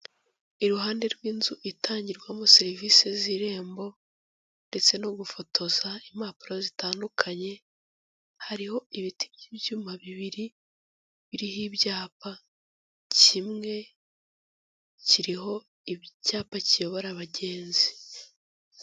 Iruhande rw'inzu itangirwamo serivisi z'irembo ndetse no gufotoza impapuro zitandukanye hariho ibiti by'ibyuma bibiri biriho ibyapa, kimwe kiriho icyapa kiyobora abagenzi.